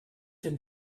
denn